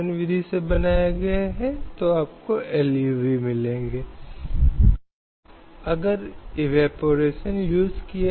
और यदि इस तरह के नृत्य प्रदर्शन 3 से 5 सितारा होटलों में स्वीकार्य हैं तो यह अन्य प्रकार के भोजनालयों या रेस्त्राओं में भी स्वीकार्य हो सकता है